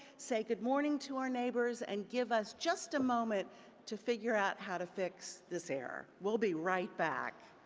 say good morning to our neighbors and give us just a moment to figure out how to figure this error error. we'll be right back.